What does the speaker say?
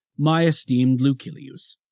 my esteemed lucilius,